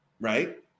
Right